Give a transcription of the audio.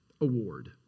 Award